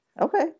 Okay